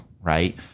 right